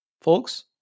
folks